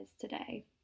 today